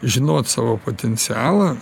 žinot savo potencialą